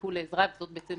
שיזדקקו לעזרה, וזאת בעצם